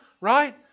right